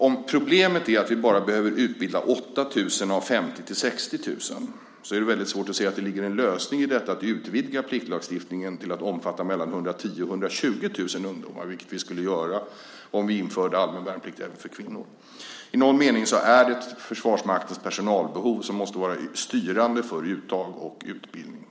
Om problemet är att vi behöver utbilda bara 8 000 av 50 000-60 000 så är det väldigt svårt att se att det ligger en lösning i att vi utvidgar pliktlagstiftningen till att omfatta 110 000-120 000 ungdomar, vilket vi skulle göra om vi införde allmän värnplikt även för kvinnor. I någon mening är det Försvarsmaktens personalbehov som måste vara styrande för uttag och utbildning.